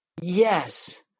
Yes